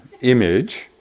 image